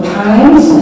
times